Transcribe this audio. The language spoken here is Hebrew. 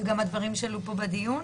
וגם הדברים שעלו פה בדיון,